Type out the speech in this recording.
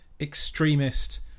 extremist